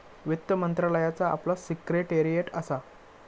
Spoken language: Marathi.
वित्त मंत्रालयाचा आपला सिक्रेटेरीयेट असा